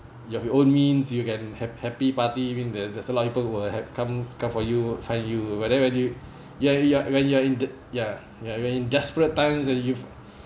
you have your own means you can have happy party you mean there's a lot of people who will have come come for you find you but then when you ya you when you are in the ya when you are in desperate times and you